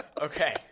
Okay